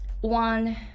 One